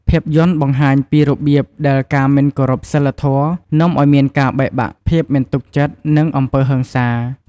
ភាពយន្តបង្ហាញពីរបៀបដែលការមិនគោរពសីលធម៌នាំឱ្យមានការបែកបាក់ ភាពមិនទុកចិត្ត និងអំពើហិង្សា។